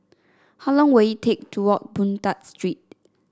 how long will it take to walk Boon Tat Street